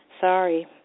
Sorry